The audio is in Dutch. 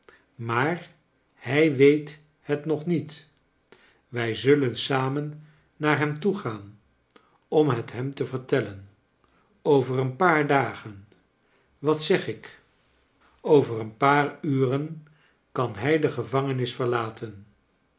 maar hij weet het nog niet wij zullen sarnen naar hem toe gaan om het hem te vertellen over een paar dagen wat zeir ik over een paar uren kan hij de gevangenis verlaten